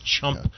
chump